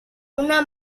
una